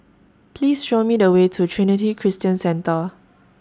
Please Show Me The Way to Trinity Christian Centre